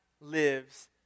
lives